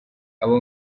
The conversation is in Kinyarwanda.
abo